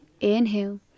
inhale